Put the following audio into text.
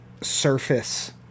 surface